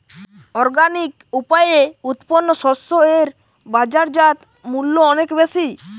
organic উপায়ে উৎপন্ন শস্য এর বাজারজাত মূল্য অনেক বেশি